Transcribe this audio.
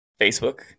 Facebook